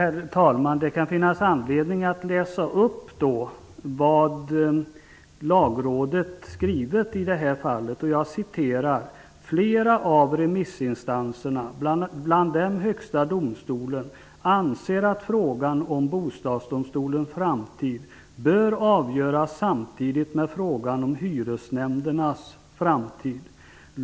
Herr talman! Det kan finnas anledning att läsa upp vad Lagrådet skrivit i detta fall: ''Flera av remissinstanserna, bland dem Högsta domstolen, anser att frågan om Bostadsdomstolens framtid bör avgöras samtidigt med frågan om hyresnämndernas framtid.